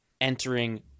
entering